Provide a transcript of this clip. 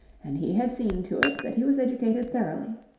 and he had seen to it that he was educated thoroughly.